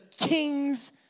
king's